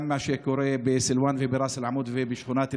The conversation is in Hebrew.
גם מה שקורה בסילוואן ובראס אל-עמוד ובשכונת אל-בוסתאן.